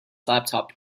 laptop